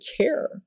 care